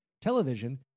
television